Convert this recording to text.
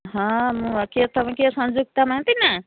ହଁ ମୁଁ ଆଉ କିଏ ତୁମେ କିଏ ସଂଯୁକ୍ତା ମହାନ୍ତି ନା